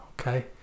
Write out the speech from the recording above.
okay